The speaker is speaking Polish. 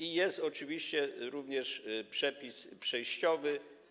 I jest oczywiście również przepis przejściowy.